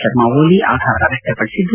ಶರ್ಮ ಓಲಿ ಆಘಾತ ವ್ಚಕ್ತಪಡಿಸಿದ್ದು